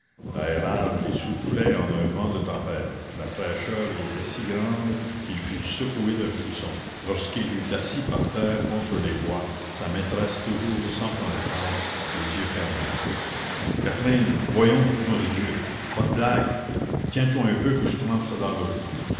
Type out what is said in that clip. l'aérage y soufflait en un vent de tempête la fraîcheur y était si grande qu'il fut secoué d'un frisson lorsqu'il eut assis par terre contre les bois sa maîtresse toujours sans connaissance les yeux fermés catherine voyons nom de dieu pas de blague tiens-toi un peu que je trempe ça dans l'eau